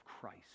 Christ